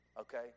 Okay